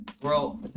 Bro